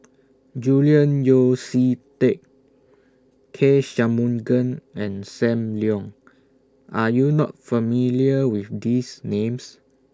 Julian Yeo See Teck K Shanmugam and SAM Leong Are YOU not familiar with These Names